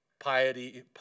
piety